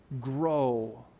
grow